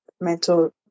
mental